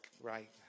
right